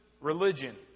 religion